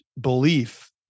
belief